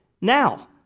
now